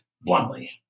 bluntly